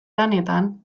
lanetan